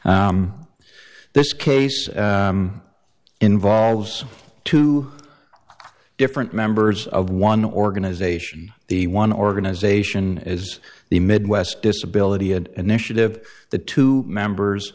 today this case involves two different members of one organization the one organization is the midwest disability and initiative the two members